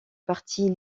parti